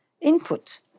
input